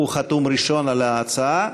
הוא חתום ראשון על ההצעה,